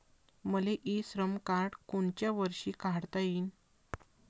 मले e Shram card कोनच्या वर्षी काढता येईन?